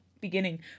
beginning